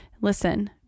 listen